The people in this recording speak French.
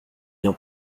bien